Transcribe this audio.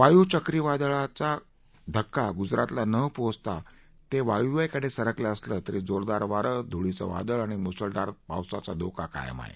वायू चक्रीवादळ गुजरातला धक्का न पोचवता वायव्येकडे सरकलं असलं तरी जोरदार वारं धुळीचं वादळ आणि मुसळधार पावसाचा धोका कायम आहे